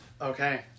Okay